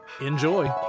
enjoy